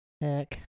heck